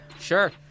Sure